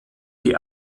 die